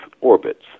orbits